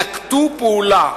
נקטו פעולה,